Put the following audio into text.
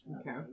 Okay